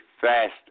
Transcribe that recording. fast